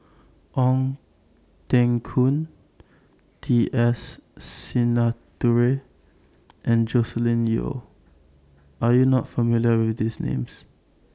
Ong Teng Koon T S Sinnathuray and Joscelin Yeo Are YOU not familiar with These Names